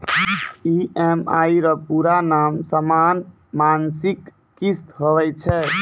EMI रो पूरा नाम समान मासिक किस्त हुवै छै